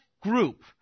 group